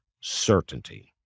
certainty